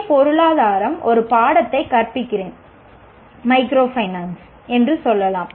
A பொருளாதாரத்தில் ஒரு பாடத்தை கற்பிக்கிறேன் மைக்ரோ ஃபைனான்ஸ் என்று சொல்லலாம்